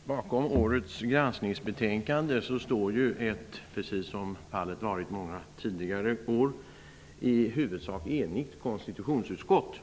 Herr talman! Bakom årets granskningsbetänkande står, precis som fallet varit många tidigare år, ett i huvudsak enigt konstitutionsutskott.